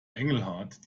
engelhart